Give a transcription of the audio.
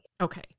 Okay